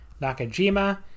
Nakajima